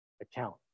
account